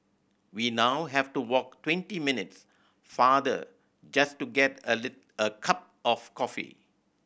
we now have to walk twenty minutes farther just to get a little a cup of coffee